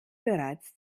bereits